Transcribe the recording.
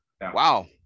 Wow